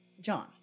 John